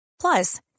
Plus